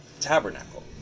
tabernacle